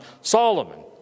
Solomon